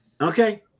Okay